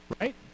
right